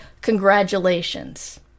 congratulations